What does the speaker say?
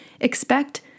Expect